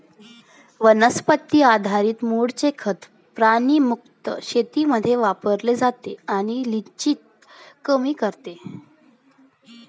वनस्पती आधारित मूळचे खत प्राणी मुक्त शेतीमध्ये वापरले जाते आणि लिचिंग कमी करते